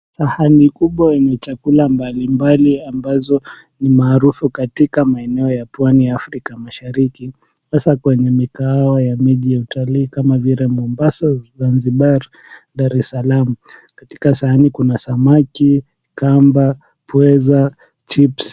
Sahani kubwa yenye chakula mbalimbali ambazo ni maarufu katika maeneo ya Pwani Afrika Mashariki. Hasa kwenye mikahawa ya miji ya utalii kama vile Mombasa, Zanzibar, Dar es Salaam. Katika sahani kuna samaki, kamba, pweza, chips.